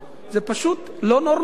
זה פשוט לא נורמלי.